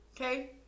Okay